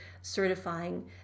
certifying